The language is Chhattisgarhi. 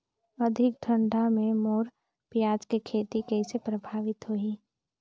अधिक ठंडा मे मोर पियाज के खेती कइसे प्रभावित होही?